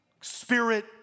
spirit